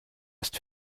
ist